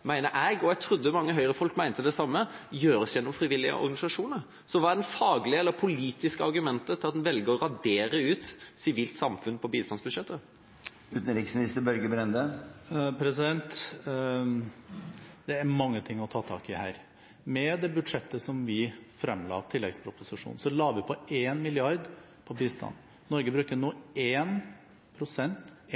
jeg, og jeg trodde mange Høyre-folk mente det samme – gjennom frivillige organisasjoner. Så hva er det faglige eller politiske argumentet for at en velger å radere ut sivilt samfunn på bistandsbudsjettet? Det er mange ting å ta tak i her. Med det budsjettet som vi fremla, tilleggsproposisjonen, la vi på 1 mrd. til bistand. Norge bruker nå 1,03